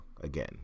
again